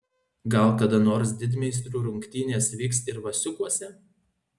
gal kada nors didmeistrių rungtynės vyks ir vasiukuose